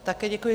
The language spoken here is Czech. Také děkuji.